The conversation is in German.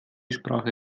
sprache